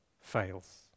fails